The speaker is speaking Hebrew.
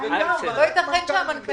הוא אומר: ליישם את זה,